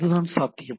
அதுதான் சாத்தியம்